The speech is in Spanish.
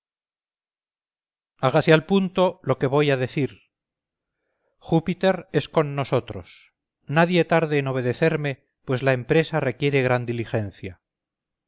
hágase al punto lo que voy a decir júpiter es con nosotros nadie tarde en obedecerme pues la empresa requiere gran diligencia